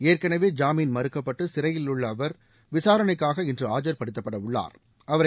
ஏற்கனவே ஜாமீன் மறுக்கப்பட்டு சிறையிலுள்ள அவர் விசாரணைக்காக இன்று ஆ ஐர்ப டுத்தப் படவள்ளாா்